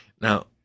Now